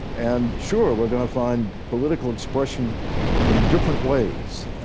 and sure, we're going to find political expression in different ways.